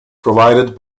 provided